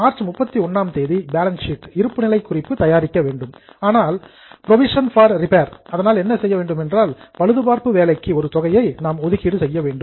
March 31ஆம் தேதி balance sheet இருப்புநிலைக் குறிப்பு தயாரிக்க வேண்டும் அதனால் புரோவிஷன் பார் ரிப்பேர் பழுதுபார்ப்பு வேலைக்கு ஒரு தொகையை ஒதுக்கீடு செய்ய வேண்டும்